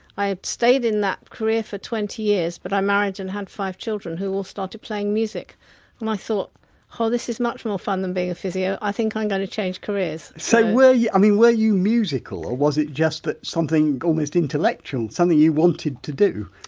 i had stayed in that career for twenty years but i married and had five children, who all started playing music and i thought oh this is much more fun than being a physio, i think i'm going to change careers so, were you i mean were you musical or was it just that something almost intellectual something you wanted to do?